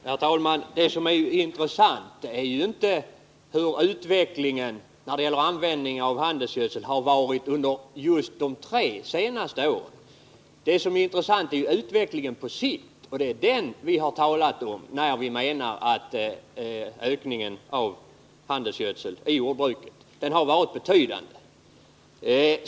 Herr talman! Det som är intressant är inte hur användningen av handelsgödseln utvecklats under just de tre senaste åren. Det som är intressant är utvecklingen under en längre period. Det är den vi har avsett när 73 vi talat om ökningen av handelsgödselanvändningen i jordbruket. Den har varit betydande.